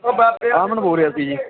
ਅਮਨ ਬੋਲ ਰਿਹਾ ਸੀ ਜੀ